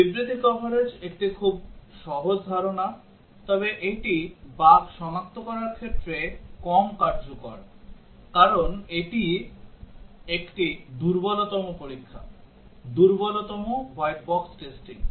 বিবৃতি কভারেজ একটি খুব সহজ ধারণা তবে এটি বাগ সনাক্ত করার ক্ষেত্রে কম কার্যকর কারণ এটি একটি দুর্বলতম পরীক্ষা দুর্বলতম হোয়াইট বক্স টেস্টিং